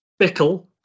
Bickle